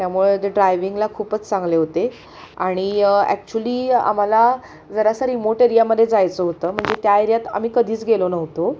त्यामुळं ते ड्रायविंगला खूपच चांगले होते आणि ॲक्च्युली आम्हाला जरासं रिमोट एरियामध्ये जायचं होतं म्हणजे त्या एरियात आम्ही कधीच गेलो नव्हतो